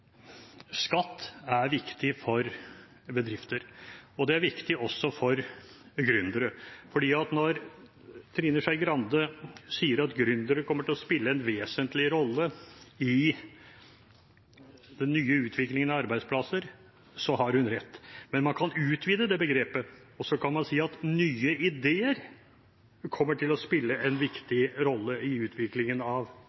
bedrifter, og det er viktig også for gründere. Når Trine Skei Grande sier at gründere kommer til å spille en vesentlig rolle i den nye utviklingen av arbeidsplasser, har hun rett. Men man kan utvide det begrepet og si at nye ideer kan komme til å spille en viktig rolle i utviklingen av